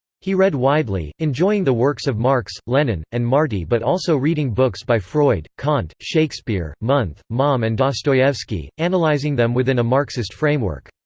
he read widely, enjoying the works of marx, lenin, and marti but also reading books by freud, kant, shakespeare, munthe, maugham and dostoyevsky, analyzing them within a marxist framework.